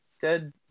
Dead